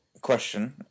question